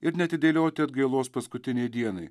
ir neatidėlioti atgailos paskutinei dienai